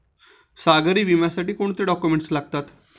सागरी विम्यासाठी कोणते डॉक्युमेंट्स लागतात?